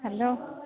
hello